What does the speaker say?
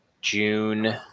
June